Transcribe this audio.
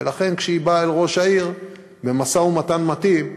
ולכן כשהיא באה אל ראש העיר במשא-ומתן מתאים,